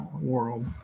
world